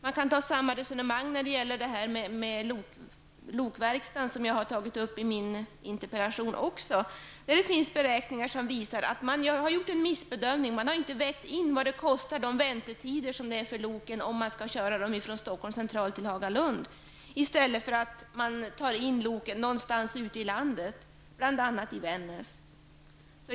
Man kan ta samma resonemang när det gäller lokverkstaden, som jag också har tagit upp i min interpellation. Det finns beräkningar som visar att man gjort en missbedömning. Man har inte vägt in vad det kostar med väntetiderna för loken om man skall köra dem från Stockholms central till Hagalund, i stället för att ta in dem någonstans ute i landet, t.ex. i Vännäs.